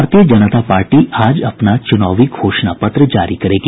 भारतीय जनता पार्टी आज अपना चूनावी घोषणा पत्र जारी करेगी